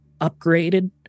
upgraded